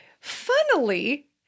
funnily